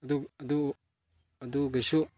ꯑꯗꯨꯒꯤꯁꯨ